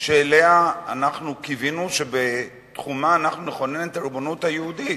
שאנחנו קיווינו שבתחומה נכונן את הריבונות היהודית.